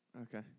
Okay